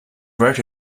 wrote